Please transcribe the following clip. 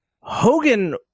Hogan